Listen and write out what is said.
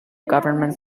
government